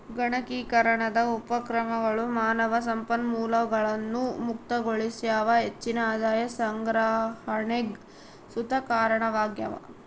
ಗಣಕೀಕರಣದ ಉಪಕ್ರಮಗಳು ಮಾನವ ಸಂಪನ್ಮೂಲಗಳನ್ನು ಮುಕ್ತಗೊಳಿಸ್ಯಾವ ಹೆಚ್ಚಿನ ಆದಾಯ ಸಂಗ್ರಹಣೆಗ್ ಸುತ ಕಾರಣವಾಗ್ಯವ